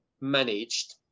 managed